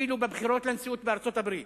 אפילו בבחירות לנשיאות בארצות-הברית.